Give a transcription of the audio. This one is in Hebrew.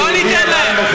לא ניתן להם.